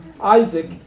Isaac